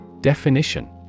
Definition